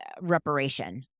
reparation